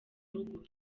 rugo